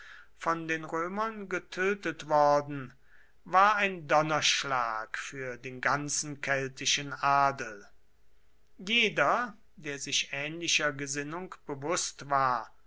von den römern getötet worden war ein donnerschlag für den ganzen keltischen adel jeder der sich ähnlicher gesinnung bewußt war